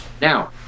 now